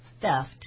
theft